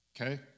Okay